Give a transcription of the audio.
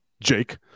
Jake